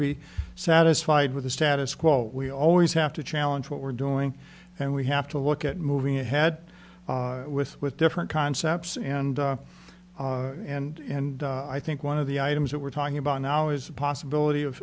be satisfied with the status quo we always have to challenge what we're doing and we have to look at moving ahead with with different concepts and and and i think one of the items that we're talking about now is the possibility of